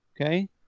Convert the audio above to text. okay